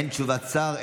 אין תשובת שר,